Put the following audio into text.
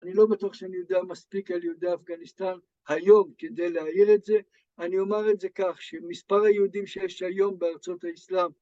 אני לא בטוח שאני יודע מספיק על יהודי אפגניסטן היום כדי להעיר את זה אני אומר את זה כך, שלמספר היהודים שיש היום בארצות האסלאם